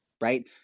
right